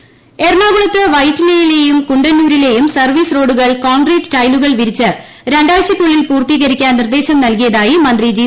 സുധാകരൻ എറണാകുളത്ത് വൈറ്റിലയിലേയും കുണ്ടന്നൂരിലേയും സർവ്വീസ് റോഡു കൾ കോൺക്രീറ്റ് ട്ടൈലുക്ൾ വിരിച്ച് രണ്ടാഴ്ചയ്ക്കുള്ളിൽ പൂർത്തീകരി ക്കാൻ നിർദ്ദേശം നൽകിയതായി മന്ത്രി ജി